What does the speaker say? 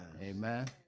Amen